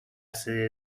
sede